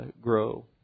grow